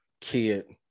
kid